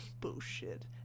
Bullshit